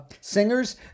singers